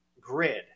grid